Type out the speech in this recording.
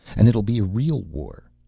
and it'll be a real war.